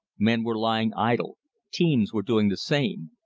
men were lying idle teams were doing the same.